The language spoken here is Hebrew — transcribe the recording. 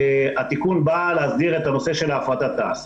התיקון בא להסדיר את הנושא של הפרטת תע"ש.